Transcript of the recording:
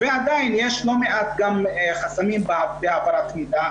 ועדיין יש לא מעט חסמים גם בהעברת מידע,